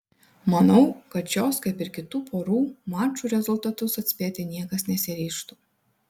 manau kad šios kaip ir kitų porų mačų rezultatus atspėti niekas nesiryžtų